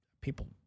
People